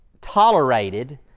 tolerated